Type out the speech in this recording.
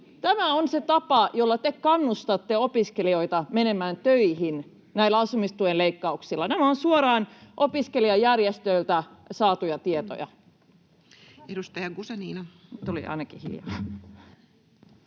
Tämä on se tapa, jolla te kannustatte opiskelijoita menemään töihin näillä asumistuen leikkauksilla. Nämä ovat suoraan opiskelijajärjestöiltä saatuja tietoja. [Aino-Kaisa Pekonen: